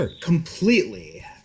Completely